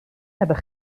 hebben